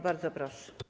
Bardzo proszę.